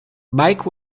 mike